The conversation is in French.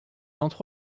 entre